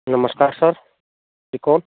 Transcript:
नमस्कार सर जी कौन